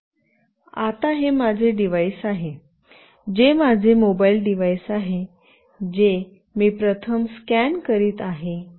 आता हे माझे डिव्हाइस आहे जे माझे मोबाइल डिव्हाइस आहे जे मी प्रथम स्कॅन करीत आहे